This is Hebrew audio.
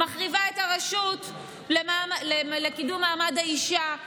מחריבה את הרשות לקידום מעמד האישה.